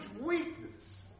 weakness